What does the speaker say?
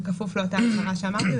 בכפוף למה שאמרתי,